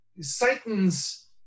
Satan's